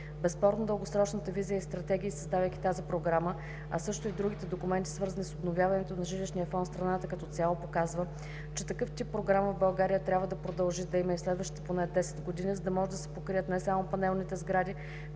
Безспорно дългосрочната визия и стратегия, създавайки тази програма, а също и другите документи, свързани с обновяването на жилищния фонд в страната като цяло, показва, че такъв тип програма в България трябва да продължи да има и в следващите поне 10 години, за да може да се покрият не само панелните сгради,